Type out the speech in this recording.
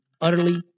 utterly